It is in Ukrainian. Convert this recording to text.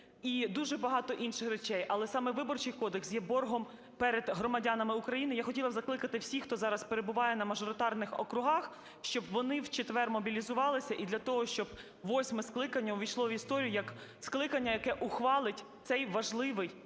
і дуже багато інших речей. Але саме Виборчий кодекс є боргом перед громадянами України. Я хотіла б закликати всіх, хто зараз перебуває на мажоритарних округах, щоб вони в четвер мобілізувалися, і для того, щоб восьме скликання увійшло в історію як скликання, яке ухвалить цей важливий